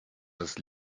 das